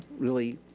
really